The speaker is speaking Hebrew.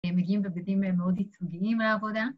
‫הם מגיעים בבגדים ‫מאוד ייצוגיים לעבודה.